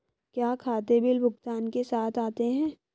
क्या खाते बिल भुगतान के साथ आते हैं?